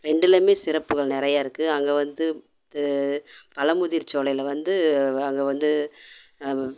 ரெண்டுலையுமே சிறப்புகள் நிறையா இருக்கும் அங்கே வந்து இது பழமுதிர் சோலையில வந்து வ அங்கே வந்து